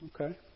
Okay